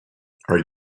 are